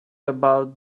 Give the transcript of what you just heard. about